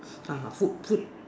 ah food food